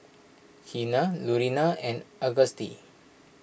Keena Lurena and Auguste